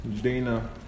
Dana